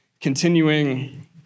continuing